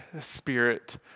spirit